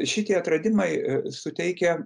šitie atradimai suteikia